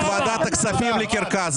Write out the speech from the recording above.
ועדת הכספים היא קרקס.